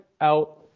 out